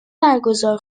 برگزار